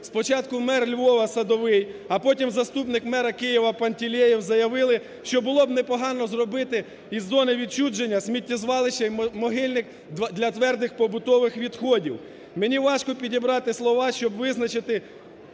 спочатку мер Львова Садовий, а потім заступник мера Києва Пантелєєв заявили, що було б непогано зробити із Зони відчуження сміттєзвалище і могильник для твердих побутових відходів. Мені важко підібрати слова, щоб визначити